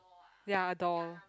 ya a door